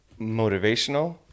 motivational